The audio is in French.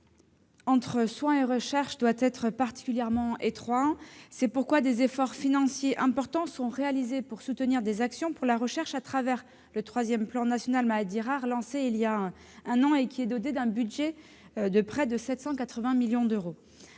entre soins et recherche doit être particulièrement étroit. C'est pourquoi des efforts financiers importants sont réalisés pour soutenir des actions pour la recherche. Ainsi, le troisième plan national Maladies rares, lancé voilà un an, est doté d'un budget de près de 780 millions d'euros.